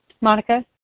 Monica